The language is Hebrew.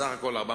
סך הכול 430,